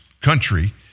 country